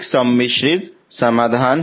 सम्मिश्रित समाधान है